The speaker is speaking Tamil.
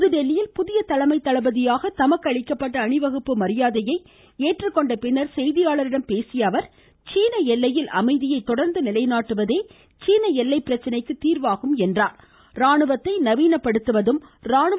புதுதில்லியில் புதிய தலைமை தளபதியாக தமக்கு அளிக்கப்பட்ட அணிவகுப்பு மரியாதையை ஏற்றுக்கொண்ட பின்னர் செய்தியாளர்களிடம் பேசியஅவர் சீன எல்லையில் அமைதியை தொடர்ந்து நிலைநாட்டுவதே சீன எல்லைப் பிரச்சனைக்கு தீர்வாகும் என்று குறிப்பிட்டார்